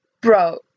Bro